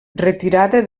retirada